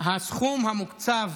הסכום המוקצב